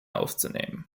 aufzunehmen